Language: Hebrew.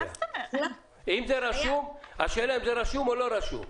השאלה אם זה רשום או לא רשום.